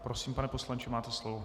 Prosím, pane poslanče, máte slovo.